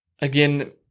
Again